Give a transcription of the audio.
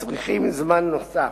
מצריכים זמן נוסף,